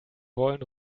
wollen